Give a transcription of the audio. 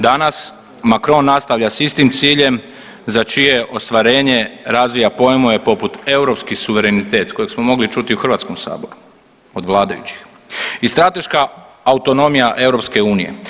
Danas Macron nastavlja s istim ciljem za čije ostvarenje razvija pojmove poput europski suverenitet kojeg smo mogli čuti i u Hrvatskom saboru od vladajućih i strateška autonomija EU.